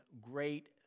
great